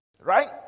Right